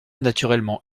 naturellement